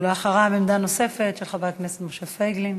ואחריו, עמדה נוספת של חבר הכנסת משה פייגלין.